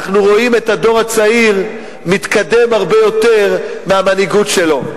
אנחנו רואים את הדור הצעיר מתקדם הרבה יותר מהמנהיגות שלו.